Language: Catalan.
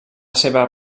seva